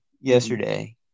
yesterday